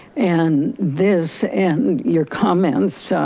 and this and your comments, so